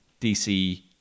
DC